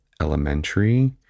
elementary